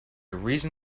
reason